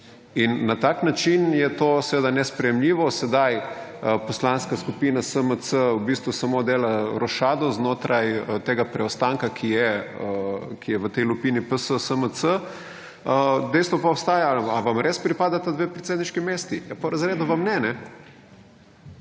In na tak način je to seveda nesprejemljivo. Sedaj Poslanska skupina SMC v bistvu samo dela rošado znotraj tega preostanka, ki je v tej lupini PS SMC. Dejstvo pa obstaja, ali vam res pripadata 2 predsedniški mesti. Ja, po… / nerazumljivo/ vam ne.